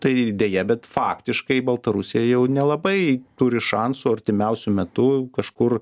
tai deja bet faktiškai baltarusija jau nelabai turi šansų artimiausiu metu kažkur